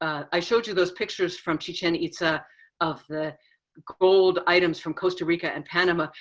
i showed you those pictures from chichen itza of the gold items from costa rica and panama.